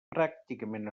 pràcticament